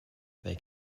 they